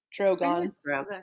drogon